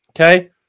Okay